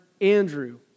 Andrew